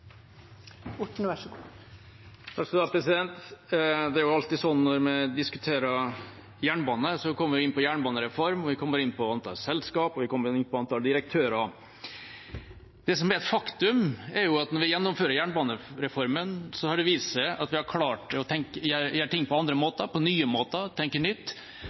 Det er alltid sånn at når vi diskuterer jernbane, kommer vi inn på jernbanereform. Vi kommer inn på antall selskap, og vi kommer inn på antall direktører. Det som er et faktum, er at når vi gjennomfører jernbanereformen, har det vist seg at vi har klart å gjøre ting på andre måter, på nye måter – tenke nytt.